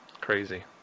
Crazy